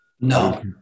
No